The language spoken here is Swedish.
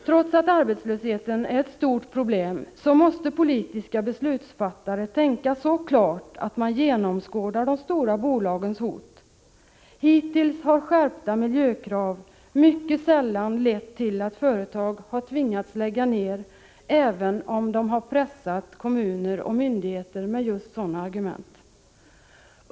Trots att arbetslösheten är ett stort problem måste politiska beslutsfattare tänka så klart, att de genomskådar de stora bolagens hot. Hittills har skärpta miljökrav mycket sällan lett till att företag tvingats lägga ner sin verksamhet, även om de pressat kommuner och myndigheter med just sådana argument.